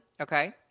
Okay